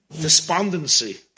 despondency